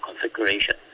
configuration